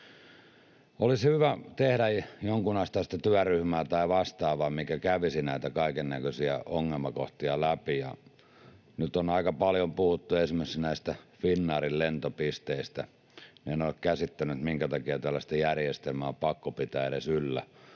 Olisi hyvä tehdä jonkunasteinen työryhmä tai vastaava, mikä kävisi näitä kaikennäköisiä ongelmakohtia läpi. Kun nyt on aika paljon puhuttu esimerkiksi näistä Finnairin lentopisteistä, niin en ole käsittänyt, minkä takia tällaista järjestelmää edes on pakko pitää yllä.